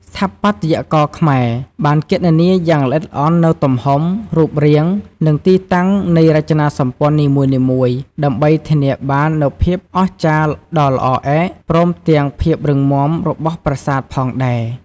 ស្ថាបត្យករខ្មែរ បានគណនាយ៉ាងល្អិតល្អន់នូវទំហំ រូបរាង និងទីតាំងនៃរចនាសម្ព័ន្ធនីមួយៗ ដើម្បីធានាបាននូវភាពអស្ចារ្យដ៏ល្អឯក ព្រមទាំងភាពរឹងមាំរបស់ប្រាសាទផងដែរ។